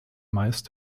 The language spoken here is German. meist